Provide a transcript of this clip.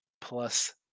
plus